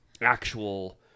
actual